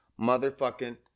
motherfucking